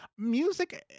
Music